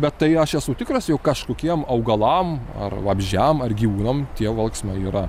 bet tai aš esu tikras jog kažkokiems augalam ar vabzdžiam ar gyvūnam tie valksmai yra